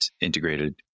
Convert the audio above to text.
integrated